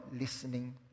listening